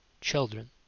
children